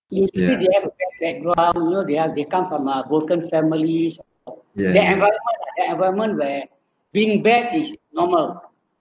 actually they have a background you know they have they come from a broken families that environment ah that environment where being bad is normal